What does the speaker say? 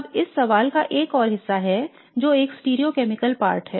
अब इस सवाल का एक और हिस्सा है जो एक स्टीरियो केमिकल पार्ट है